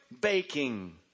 baking